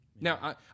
Now